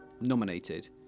nominated